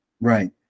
Right